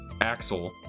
Axel